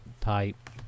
type